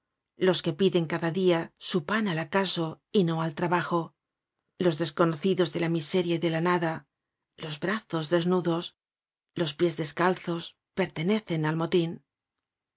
los que piden cada dia su pan al acaso y no al trabajo los desconocidos de la miseria y de la nada los brazos desnudos los pies descalzos pertenecen al motin